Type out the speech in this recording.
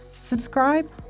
subscribe